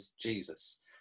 jesus